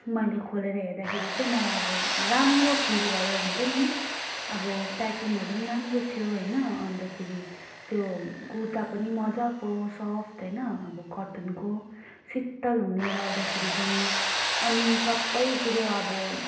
मैले खोलेर हेर्दाखेरि चाहिँ मलाई अब राम्रो फिल भयो हुन्छ नि अब प्याकिङहरू पनि राम्रो थियो होइन अन्तखेरि त्यो कुर्ता पनि मज्जाको सफ्ट होइन अब कटनको शीतल हुने लाउँदाखेरि पनि अनि सबै कुरो अब